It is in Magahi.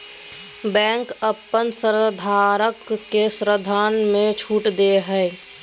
बैंक अपन ऋणधारक के ऋण में छुट दो हइ